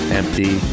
empty